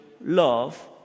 love